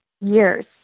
years